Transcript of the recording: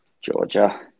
Georgia